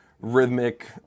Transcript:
rhythmic